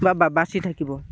বাছি থাকিব